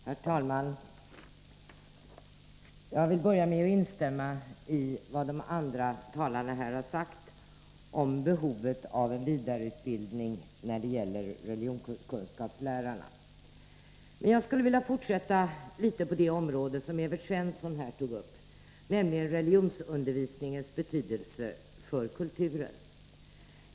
Herr talman! Jag vill börja med att instämma i vad de andra talarna här har sagt om behovet av en vidareutbildning för religionskunskapslärarna. Men jag skulle vilja fortsätta litet på det område som Evert Svensson här berörde, nämligen religionsundervisningens betydelse för kulturen.